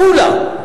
מולה,